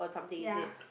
ya